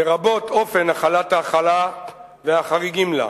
לרבות אופן החלת ההלכה והחריגים לה.